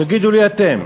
תגידו לי אתם.